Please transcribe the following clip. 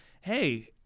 hey –